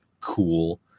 cool